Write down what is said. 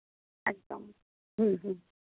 একদম হুম হুম